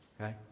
Okay